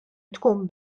tkun